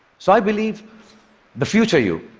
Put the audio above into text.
so i believe the future you